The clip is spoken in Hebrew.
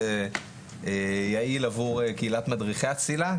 מאוד יעיל עבור קהילת מדריכי הצלילה,